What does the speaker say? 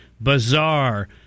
Bizarre